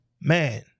Man